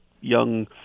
young